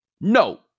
No